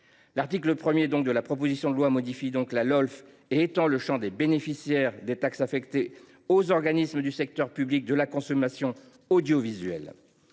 L’article 1 de la proposition de loi modifie donc la Lolf et étend le champ des bénéficiaires de l’affectation des taxes aux « organismes du secteur public de la communication audiovisuelle